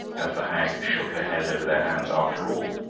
as the hag shook her head over their hands, after all.